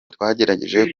twagerageje